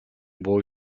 boy